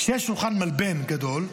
כשיש שולחן מלבני גדול,